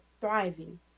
thriving